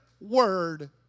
word